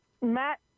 Matt